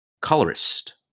Colorist